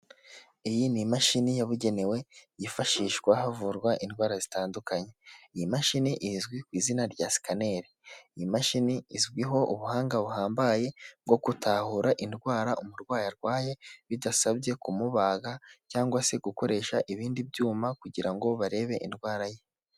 Iyi ni imashini yabugenewe yifashishwa havurwa indwara zitandukanye, iyi mashini izwi ku izina rya sikaneri, iyi mashini izwiho ubuhanga buhambaye bwo gutahura indwara umurwayi arwaye bidasabye kumubaga cyangwa se gukoresha ibindi byuma kugira ngo barebe indwara ye.